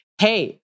Hey